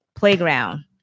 playground